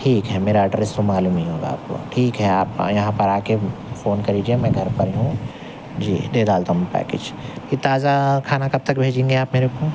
ٹھیک ہے میرا ایڈریس تو معلوم ہی ہوگا آپ کو ٹھیک ہے آپ یہاں پر آ کے فون کر لیجیے میں گھر پر ہی ہوں جی دے ڈالتا ہوں پیکج یہ تازہ کھانا کب تک بھیجیں گے آپ میرے کو